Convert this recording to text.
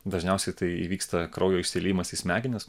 dažniausiai tai įvyksta kraujo išsiliejimas į smegenis